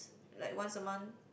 like once a month